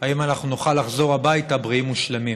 אם נוכל לחזור הביתה בריאים ושלמים.